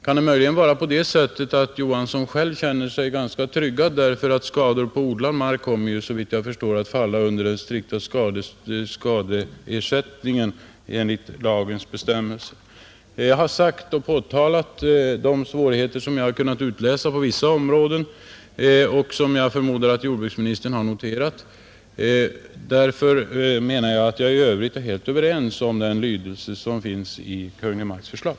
Kan det möjligen bero på att herr Johansson själv känner sig ganska trygg, eftersom skador på odlad mark enligt lagens bestämmelser, såvitt jag förstår, kommer att falla under reglerna för det strikta skadeståndet. Jag har påtalat de svårigheter som jag har kunnat utläsa på vissa områden och som jag förmodar att jordbruksministern har noterat. I övrigt kan jag helt acceptera den lydelse som lagtexten fått i Kungl. Maj:ts förslag.